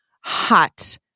hot